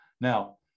Now